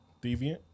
Deviant